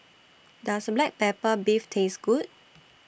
Does Black Pepper Beef Taste Good